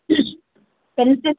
pencils